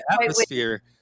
atmosphere